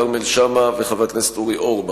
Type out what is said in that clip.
כרמל שאמה ואורי אורבך.